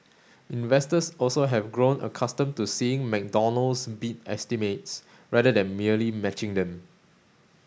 investors also have grown accustomed to seeing McDonald's beat estimates rather than merely matching them